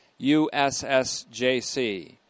USSJC